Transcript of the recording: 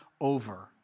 over